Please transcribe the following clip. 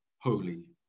holy